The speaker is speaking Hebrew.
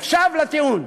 עכשיו לטיעון.